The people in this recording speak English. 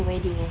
wedding eh